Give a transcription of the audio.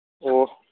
ꯑꯣ